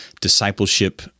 discipleship